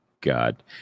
God